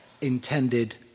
intended